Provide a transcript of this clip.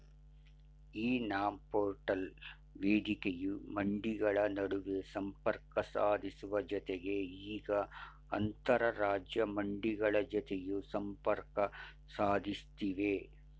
E NAM portal ವೇದಿಕೆಯು ಮಂಡಿಗಳ ನಡುವೆ ಸಂಪರ್ಕ ಸಾಧಿಸುವ ಜತೆಗೆ ಈಗ ಅಂತರರಾಜ್ಯ ಮಂಡಿಗಳ ಜತೆಯೂ ಸಂಪರ್ಕ ಸಾಧಿಸ್ತಿವೆ